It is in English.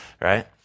Right